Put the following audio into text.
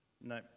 No